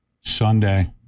Sunday